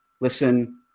listen